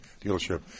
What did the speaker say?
dealership